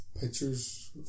pictures